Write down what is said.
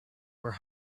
were